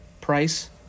price